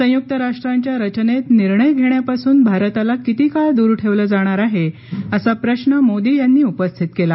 संयुक्त राष्ट्रांच्या रचनेत निर्णय घेण्यापासून भारताला किती काळ दूर ठेवलं जाणार आहे असा प्रश्व मोदी यांनी उपस्थित केला